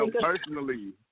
personally